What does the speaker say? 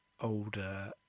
older